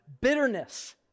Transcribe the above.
bitterness